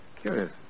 Curious